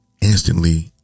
instantly